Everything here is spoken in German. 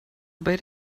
bei